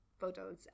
photos